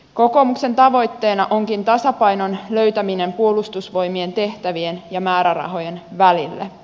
kokoomuksen tavoitteena onkin tasapainon löytäminen puolustusvoimien tehtävien ja määrärahojen välillä